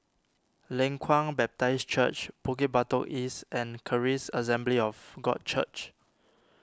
Leng Kwang Baptist Church Bukit Batok East and Charis Assembly of God Church